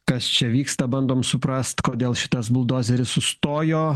kas čia vyksta bandom suprast kodėl šitas buldozeris sustojo